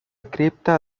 cripta